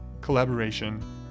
collaboration